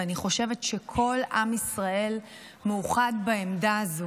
ואני חושבת שכל עם ישראל מאוחד בעמדה הזאת